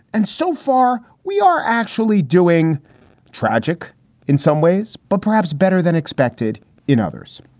and so far, we are actually doing tragic in some ways, but perhaps better than expected in others.